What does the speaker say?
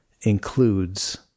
includes